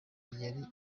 yari